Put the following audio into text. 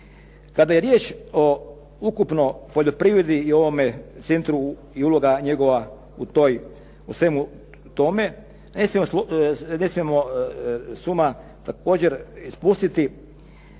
Kada je riječ ukupno o poljoprivredi i ovome centru i uloga njegova u svemu tome ne smijemo s uma također ispustiti